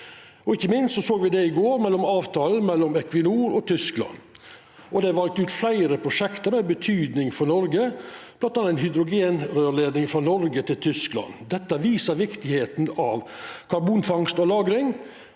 Ikkje minst såg me det i går, med avtalen mellom Equinor og Tyskland. Det er valt ut fleire prosjekt med betyding for Noreg, bl.a. ein hydrogenrørleidning frå Noreg til Tyskland. Dette viser viktigheita av karbonfangst og -lagring